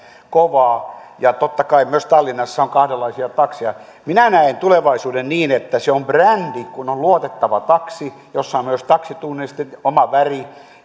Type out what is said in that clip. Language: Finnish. kovaa ja totta kai myös tallinnassa on kahdenlaisia takseja minä näen tulevaisuuden niin että se on brändi kun on luotettava taksi jossa on myös taksitunnus oma väri